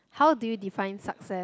how do you define success